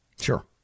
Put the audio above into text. Sure